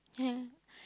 yeah